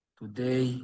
today